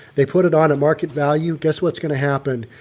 they put it on at market value, guess what's going to happen.